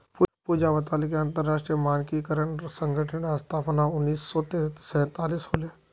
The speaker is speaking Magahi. पूजा बताले कि अंतरराष्ट्रीय मानकीकरण संगठनेर स्थापना उन्नीस सौ सैतालीसत होले